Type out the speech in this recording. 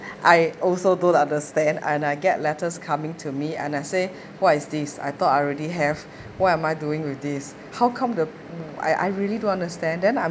I also don't understand and I get letters coming to me and I say what is this I thought I already have what am I doing with this how come the I I really don't understand then I'm